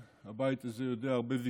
הבית הזה יודע הרבה רעשים,